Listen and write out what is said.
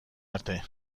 arte